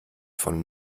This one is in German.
von